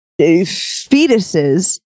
fetuses